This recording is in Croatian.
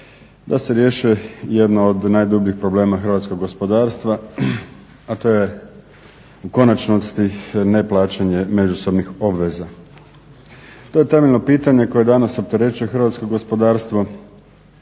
da se riješi jedno od najdubljih problema hrvatskog gospodarstva, a to je u konačnosti neplaćanje međusobnih obveza. Pitanje je koje danas opterećuje hrvatsko gospodarstvo